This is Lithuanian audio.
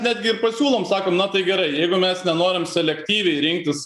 netgi ir pasiūlom sakom na tai gerai jeigu mes nenorim selektyviai rinktis